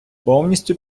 повністю